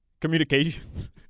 Communications